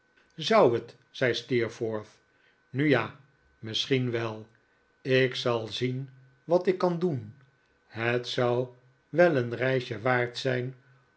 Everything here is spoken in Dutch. zou het zei steerforth nu ja misschien wel ik zal zien wat ik kan doen het zou wel een reisje waard zijn